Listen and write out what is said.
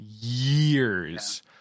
years